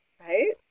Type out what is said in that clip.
right